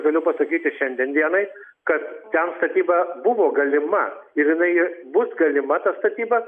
galiu pasakyti šiandien dienai kad ten statyba buvo galima ir jinai bus galima ta statyba